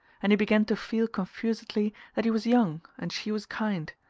and he began to feel confusedly that he was young and she was kind,